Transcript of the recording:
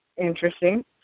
interesting